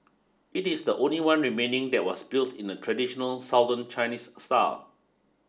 it is the only one remaining that was built in the traditional Southern Chinese style